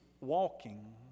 walking